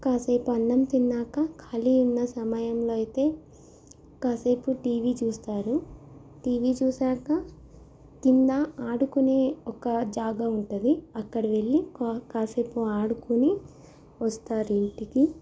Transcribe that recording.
కాసేపు అన్నం తిన్నాక ఖాళీ ఉన్న సమయంలో అయితే కాసేపు టీవీ చూస్తారు టీవీ చూసాక కింద ఆడుకునే ఒక జాగా ఉంటుంది అక్కడ వెళ్ళి కా కాసేపు ఆడుకుని వస్తారింటికి